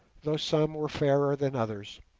though some were fairer than others.